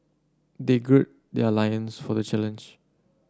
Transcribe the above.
they gird their loins for the challenge